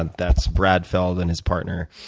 and that's brad feld and his partner,